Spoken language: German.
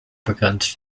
begrenzt